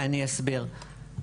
אני אסביר.